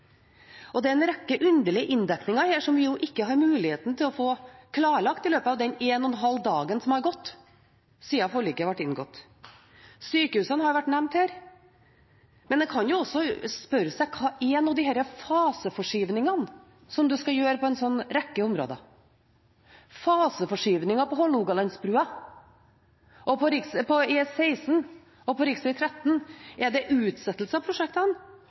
fram. Det er en rekke underlige inndekninger her som vi ikke har muligheten til å få klarlagt i løpet av en og en halv dag som har gått siden forliket ble inngått. Sykehusene har vært nevnt her, og en kan jo også spørre seg: Hva er nå disse faseforskyvningene som en skal gjøre på en rekke områder? Faseforskyvninger på Hålogalandsbrua, på E16 og på rv. 13 – er det utsettelse av prosjektene,